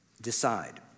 decide